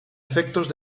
efectos